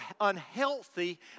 unhealthy